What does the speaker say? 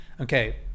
Okay